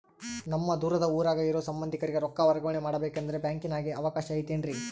ನಮ್ಮ ದೂರದ ಊರಾಗ ಇರೋ ಸಂಬಂಧಿಕರಿಗೆ ರೊಕ್ಕ ವರ್ಗಾವಣೆ ಮಾಡಬೇಕೆಂದರೆ ಬ್ಯಾಂಕಿನಾಗೆ ಅವಕಾಶ ಐತೇನ್ರಿ?